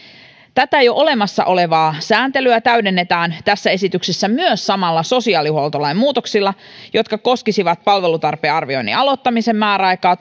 tätä jo olemassa olevaa sääntelyä täydennetään tässä esityksessä samalla myös sosiaalihuoltolain muutoksilla jotka koskisivat palvelutarpeen arvioinnin aloittamisen määräaikaa